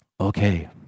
Okay